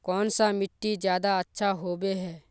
कौन सा मिट्टी ज्यादा अच्छा होबे है?